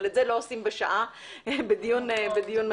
אבל את זה לא עושים בשעה בדיון מהיר.